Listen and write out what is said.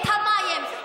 את המים,